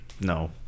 no